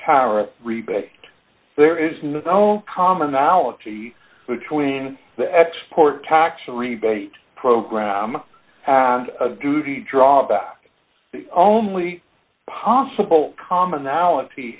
tyrant rebate there is no commonality between the export tax rebate program and a duty drawback only possible commonality